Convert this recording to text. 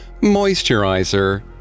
moisturizer